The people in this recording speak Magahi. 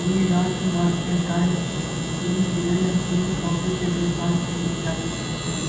न्यूयार्क मार्केटाइल एक्सचेंज ग्रेड तीन कॉफी के व्यापार कएल जाइ छइ